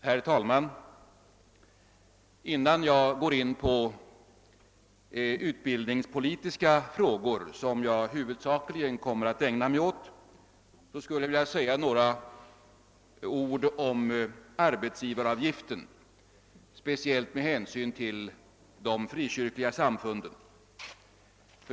Herr talman! Innan jag går in på de utbildningspolitiska frågorna, som jag huvudsakligen kommer att ägna mig åt, skulle jag vilja säga några ord om arbetsgivaravgiften, speciellt med hänsyn till de frikyrkliga samfunden.